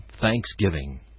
thanksgiving